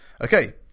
Okay